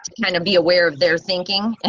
kind of be aware of their thinking. ah